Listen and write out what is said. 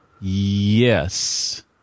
Yes